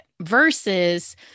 versus